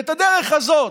ואת הדרך הזאת,